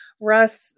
Russ